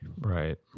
right